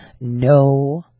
no